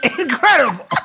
Incredible